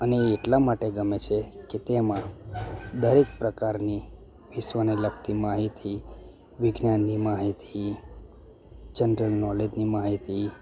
અને એ એટલા માટે ગમે છે કે તેમાં દરેક પ્રકારની વિશ્વને લગતી માહિતી વિજ્ઞાનની માહિતી જનરલ નૉલેજની માહિતી